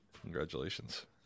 Congratulations